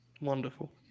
Wonderful